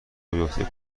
بیافته